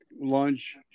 lunch